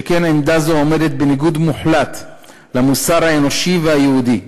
שכן עמדה זו עומדת בניגוד מוחלט למוסר האנושי והיהודי.